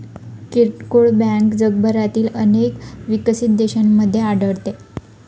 किरकोळ बँक जगभरातील अनेक विकसित देशांमध्ये आढळते